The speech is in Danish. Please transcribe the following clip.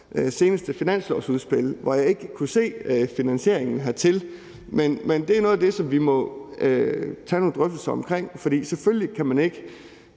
seneste finanslovsudspil, hvor jeg ikke kunne se finansieringen dertil. Men det er noget af det, vi må tage nogle drøftelser om, for selvfølgelig kan man ikke